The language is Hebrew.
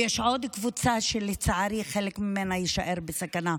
ויש עוד קבוצה שלצערי חלק ממנה יישאר בסכנה,